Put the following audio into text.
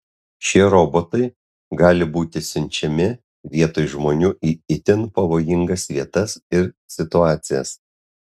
šie robotai gali būti siunčiami vietoj žmonių į itin pavojingas vietas ir situacijas